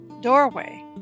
doorway